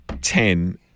ten